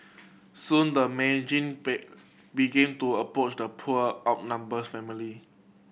soon the began to approach the poor outnumbers family